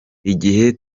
igihe